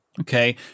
Okay